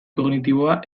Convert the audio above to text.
kognitiboa